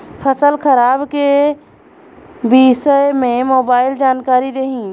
फसल खराब के विषय में मोबाइल जानकारी देही